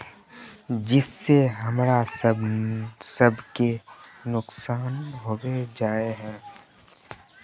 जिस से हमरा सब के नुकसान होबे जाय है?